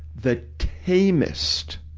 the tamest,